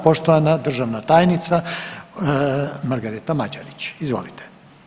Poštovana državna tajnica Margareta Mađerić, izvolite.